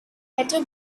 better